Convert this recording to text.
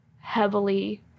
heavily